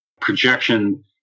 projection